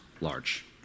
large